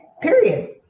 Period